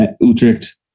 Utrecht